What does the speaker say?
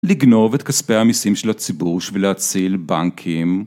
לגנוב את כספי המיסים של הציבור בשביל להציל בנקים.